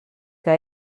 que